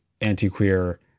anti-queer